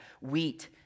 wheat